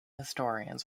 historians